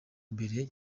mbere